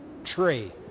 tree